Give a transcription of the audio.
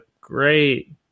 great